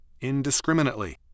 indiscriminately